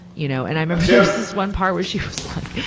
you know, and i remember there was this one part where she was like,